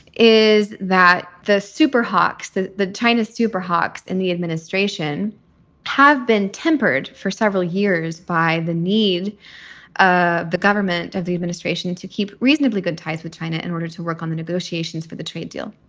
is that the super hawks, the the china super hawks in the administration have been tempered for several years by the need ah the government of the administration to keep reasonably good ties with china in order to work on the negotiations for the trade deal.